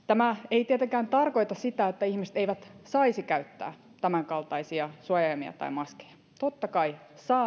ei tietenkään tarkoita sitä että ihmiset eivät saisi käyttää tämänkaltaisia suojaimia tai maskeja totta kai saavat